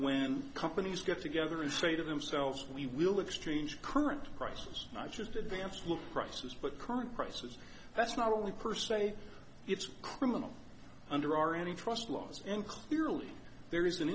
when companies get together and say to themselves we will exchange current prices not just advance look prices but current prices that's not only per se it's criminal under our any trust laws in clearly there is